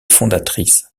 fondatrice